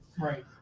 Right